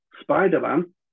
spider-man